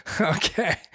okay